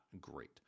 great